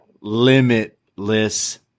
limitless